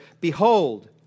behold